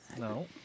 No